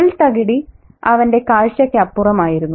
പുൽത്തകിടി അവന്റെ കാഴ്ചയ്ക്കപ്പുറമായിരുന്നു